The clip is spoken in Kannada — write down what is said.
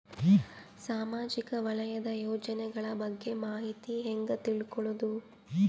ಸಾಮಾಜಿಕ ವಲಯದ ಯೋಜನೆಗಳ ಬಗ್ಗೆ ಮಾಹಿತಿ ಹ್ಯಾಂಗ ತಿಳ್ಕೊಳ್ಳುದು?